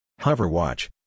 Hoverwatch